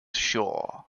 shore